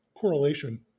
correlation